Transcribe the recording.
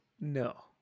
No